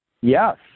Yes